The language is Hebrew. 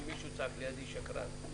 מישהו צעק לידי "שקרן".